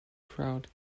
crowd